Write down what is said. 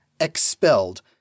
expelled